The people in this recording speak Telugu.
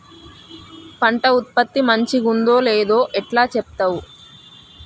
పంట ఉత్పత్తి మంచిగుందో లేదో ఎట్లా చెప్తవ్?